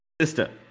Sister